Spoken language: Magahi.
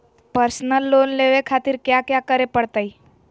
पर्सनल लोन लेवे खातिर कया क्या करे पड़तइ?